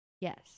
Yes